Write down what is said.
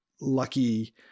lucky